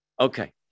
Okay